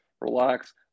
relax